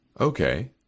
Okay